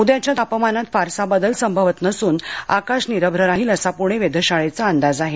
उद्याच्या तापमानात फारसा बदल संभवत नसून आकाश निरभ्र राहील असा पुणे वेधशाळेचा अंदाज आहे